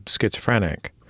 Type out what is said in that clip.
schizophrenic